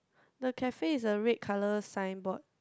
the cafe is the red colour signboard